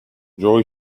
joy